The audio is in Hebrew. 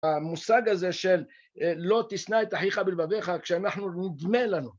המושג הזה של לא תשנא את אחיך בלבביך, כשאנחנו נדמה לנו.